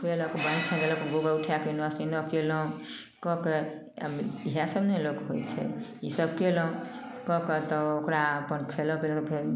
खुएलक बान्हि छेक लेलक गोबर उठाके एन्ने से ओन्ने कयलहुँ कऽ कऽ अब इहए सब ने लोक करैत छै ई सब कयलहुँ कऽ कऽ तऽ ओकरा अपन खेलक पीलक फेन